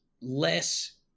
less